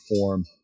form